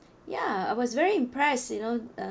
ya I was very impressed you know